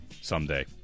someday